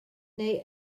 neu